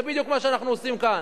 זה בדיוק מה שאנחנו עושים כאן.